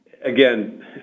Again